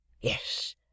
yes